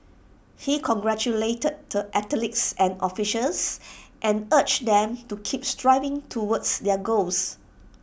he congratulated the athletes and officials and urged them to keep striving towards their goals